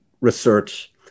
research